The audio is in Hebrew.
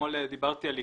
אתמול דיברתי על ליקויים.